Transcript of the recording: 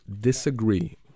disagree